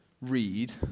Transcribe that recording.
read